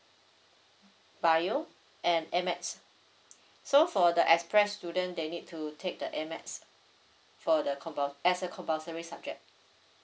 bio and add maths so for the express student they need to take the add maths for the compul~ as a compulsory subject